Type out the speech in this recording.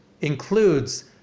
includes